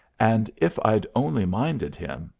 and if i'd only minded him,